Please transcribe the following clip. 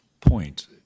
point